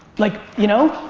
like, you know?